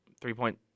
Three-point